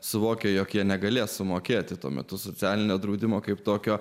suvokė jog jie negali sumokėti tuo metu socialinio draudimo kaip tokio